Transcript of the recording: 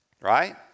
right